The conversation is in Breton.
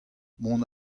mont